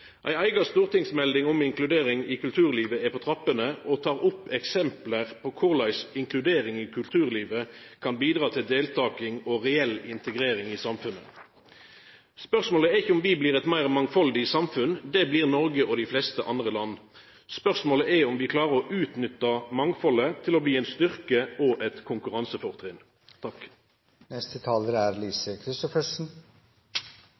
Ei eiga stortingsmelding om inkludering i kulturlivet er på trappene og tek opp eksempel på korleis inkluderinga i kulturlivet kan bidra til deltaking og reell integrering i samfunnet. Spørsmålet er ikkje om vi blir eit meir mangfaldig samfunn. Det blir Noreg og dei fleste andre land. Spørsmålet er om vi klarer å utnytta mangfaldet til å bli ein styrke og eit konkurransefortrinn.